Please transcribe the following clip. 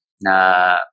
na